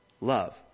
love